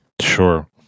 Sure